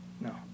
no